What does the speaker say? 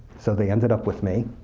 so they ended up with me.